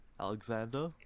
Alexander